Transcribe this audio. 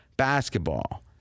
basketball